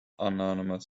anonymous